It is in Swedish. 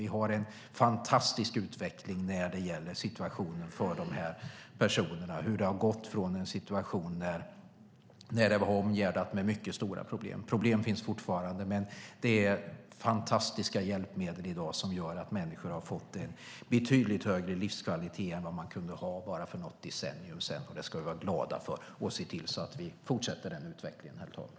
Vi har en fantastisk utveckling när det gäller situationen för dessa människor. Vi har gått från en situation när sjukdomen var omgärdad av mycket stora problem. Problem finns fortfarande, men det finns i dag fantastiska hjälpmedel som gör att människor har en betydligt högre livskvalitet än de hade för bara något decennium sedan. Det ska vi vara glada för och se till att den utvecklingen fortsätter.